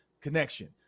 connection